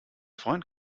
freund